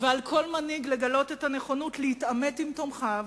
ועל כל מנהיג לגלות נכונות להתעמת עם תומכיו,